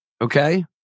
Okay